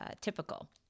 typical